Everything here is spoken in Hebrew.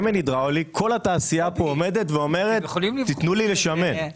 שמן הידראולי כל התעשייה פה עומדת ואומרת: תנו לי לשמר.